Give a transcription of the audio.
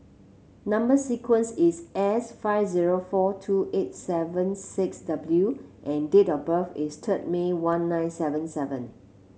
number sequence is S five zero four two eight seven six W and date of birth is third May one nine seven seven